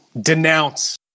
denounce